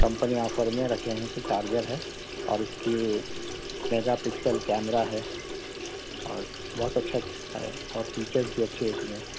company offer میں رکھیں ہے کہ چارجر ہے اور اس کی میگا پکسل کیمرا ہے اور بہت اچھا ہے اور فیچرس بھی اچھے ہیں اس میں